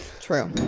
True